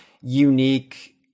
unique